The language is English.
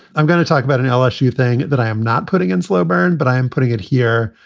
i'm going to talk about an lsu thing that i am not putting in slow burn, but i am putting it here,